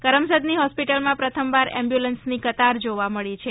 કરમસદની હોસ્પીટલમાં પ્રથમવાર એખ્યુલન્સની કતાર જોવા મળી છે